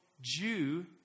Jew